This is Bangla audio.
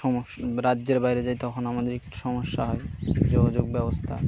সমস্ত রাজ্যের বাইরে যায় তখন আমাদের একটু সমস্যা হয় যোগাযোগ ব্যবস্থা